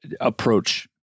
approach